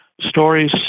stories